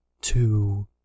two